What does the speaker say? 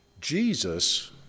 Jesus